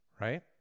right